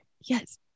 Yes